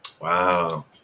Wow